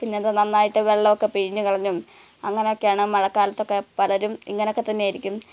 പിന്നെ അത് നന്നായിട്ട് വെളളം ഒക്കെ പിഴിഞ്ഞ് കളഞ്ഞും അങ്ങനെയൊക്കെയാണ് മഴക്കാലത്തൊക്കെ പലരും ഇങ്ങനെ ഒക്കെത്തന്നെയായിരിക്കും